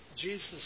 Jesus